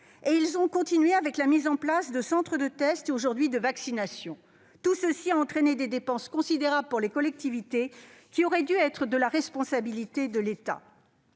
Ils ont continué avec la mise en place de centres de tests et aujourd'hui de vaccination. Tout cela a entraîné des dépenses considérables pour les collectivités, alors que ces financements incombaient à de l'État.